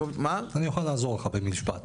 אני יכול לעזור לך במשפט.